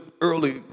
early